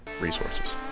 resources